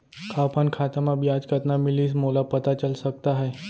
का अपन खाता म ब्याज कतना मिलिस मोला पता चल सकता है?